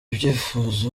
byifuzo